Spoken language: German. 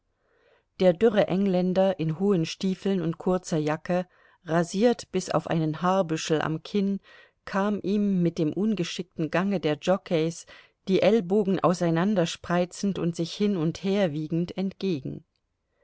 der dürre engländer in hohen stiefeln und kurzer jacke rasiert bis auf einen haarbüschel am kinn kam ihm mit dem ungeschickten gange der jockeis die ellbogen auseinanderspreizend und sich hin und her wiegend entgegen